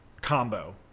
combo